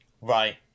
Right